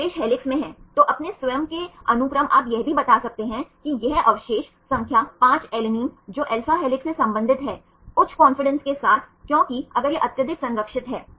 अवशेष हेलिक्स में है तो अपने स्वयं के अनुक्रम आप यह भी बता सकते हैं कि यह अवशेष संख्या 5 अलैनिन जो alpha हेलिक्स से संबंधित है उच्च कॉन्फिडेंस के साथ क्योंकि अगर यह अत्यधिक संरक्षित है